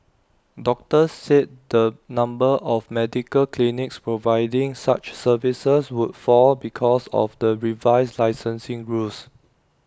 doctors said the number of medical clinics providing such services would fall because of the revised licensing rules